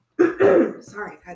Sorry